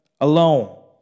alone